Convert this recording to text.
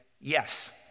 yes